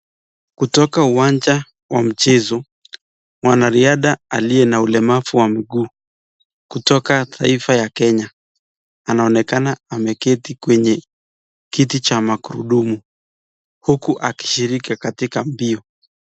Kutoka uwanja wa mchezo mwanariadha aliye na ulemavu wa mguu kutoka taifa ya Kenya anaonekana ameketi kwenye kiti cha magurudumu huku akishiriki katika mbio.